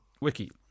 wiki